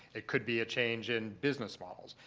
it could be a change in business models.